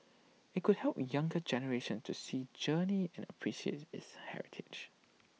IT could help younger generations to see journey and appreciate its heritage